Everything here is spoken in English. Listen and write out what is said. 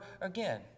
again